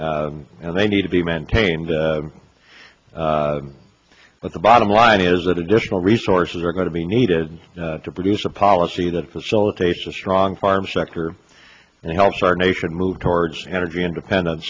budget and they need to be maintained but the bottom line is that additional resources are going to be needed to produce a policy that facilitates a strong farm sector and helps our nation move towards energy independen